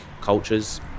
cultures